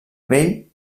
vell